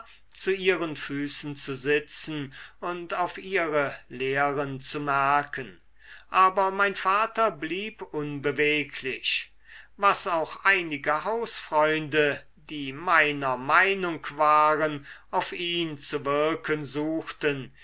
zu ihren füßen zu sitzen und auf ihre lehren zu merken aber mein vater blieb unbeweglich was auch einige hausfreunde die meiner meinung waren auf ihn zu wirken suchten